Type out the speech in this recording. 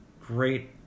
great